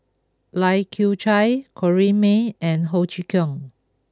Lai Kew Chai Corrinne May and Ho Chee Kong